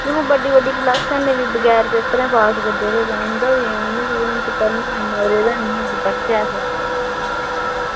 आं बड्डें क्लॉसें दे बच्चें गी बगैर पढ़े पास करदे रेह् ते हून उंदा बी मन निं करदा ऐ की अस पढ़चै